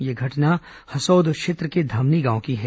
यह घटना हसौद क्षेत्र के धमनी गांव की है